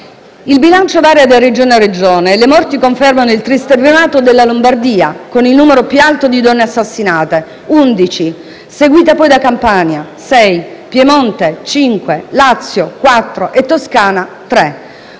Il bilancio varia da Regione a Regione e le morti confermano il triste primato della Lombardia, con il numero più alto di donne assassinate, 11, seguita poi da Campania (6), Piemonte (5), Lazio (4) e Toscana (3).